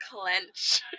clench